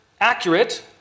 accurate